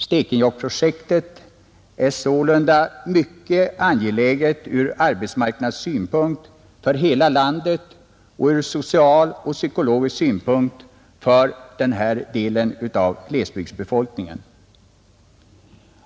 Stekenjokprojektet är sålunda mycket angeläget ur arbetsmarknadssynpunkt för hela landet och ur socialoch psykologisk synpunkt för glesbygdsbefolkningen.